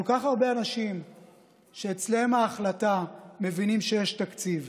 כל כך הרבה אנשים שאצלם ההחלטה מבינים, תקציב.